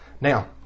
Now